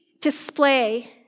display